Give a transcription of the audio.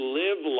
live